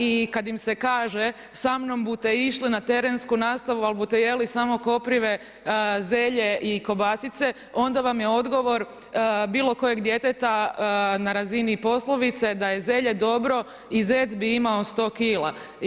I kad im se kaže sa mnom bute išli na terensku nastavu al' bute jeli samo koprive, zelje i kobasice onda vam je odgovor bilo kojeg djeteta na razini poslovice da je zelje dobro i zec bi imao 100 kila.